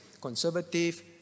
Conservative